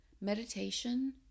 meditation